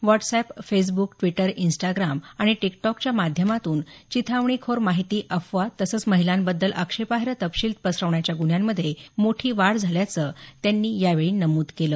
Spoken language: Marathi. व्हाटसएप फेसबूक ड्वीटर इंस्टाग्राम आणि टिकटॉकच्या माध्यमातून चिथावणीखोर माहिती अफवा तसंच महिलांबद्दल आक्षेपार्ह तपशील पसरवण्याच्या गुन्ह्यांमधे मोठी वाढ झाल्याचं त्यांनी यावेळी नमुद केलं